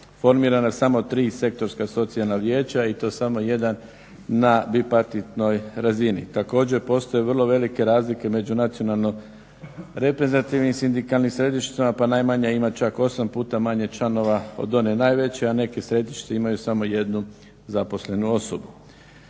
formirana samo 3 sektorska socijalna vijeća i to samo 1 na bipartitnoj razini. Također postoje vrlo velike razlike među nacionalno reprezentativnim sindikalnim središnjicama, pa najmanje, ima čak 8 puta manje članova od one najveće, a neke središnjice imaju samo 1 zaposlenu osobu.